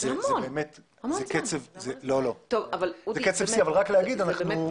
היבט הבטיחות הוא באחריות של המשרד.